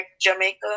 Jamaica